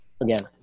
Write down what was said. Again